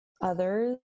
others